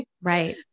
Right